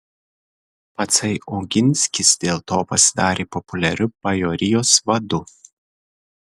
patsai oginskis dėl to pasidarė populiariu bajorijos vadu